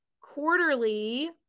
quarterly